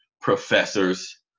professors